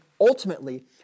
ultimately